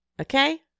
Okay